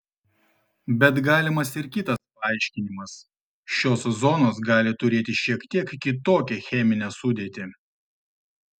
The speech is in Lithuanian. bet galimas ir kitas paaiškinimas šios zonos gali turėti šiek tiek kitokią cheminę sudėtį